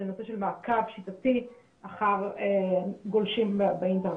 לנושא של מעקב שיטתי אחר גולשים באינטרנט.